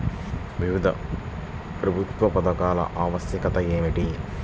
వివిధ ప్రభుత్వ పథకాల ఆవశ్యకత ఏమిటీ?